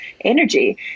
energy